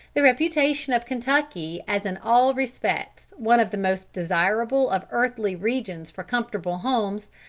the reputation of kentucky as in all respects one of the most desirable of earthly regions for comfortable homes,